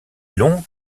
long